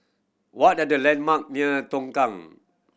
what are the landmark near Tongkang